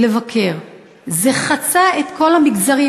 זה חצה את כל המגזרים.